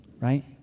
right